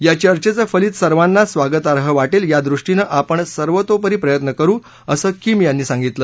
या चर्चेचं फलित सर्वांना स्वागतार्ह वाटेल या दृष्टीनं आपण सर्वतोपरी प्रयत्न करु असं किम यांनी सांगितलं